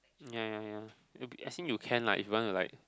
ya ya ya okay as in you can lah if you want to like